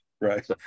Right